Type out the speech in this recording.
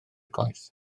gwaith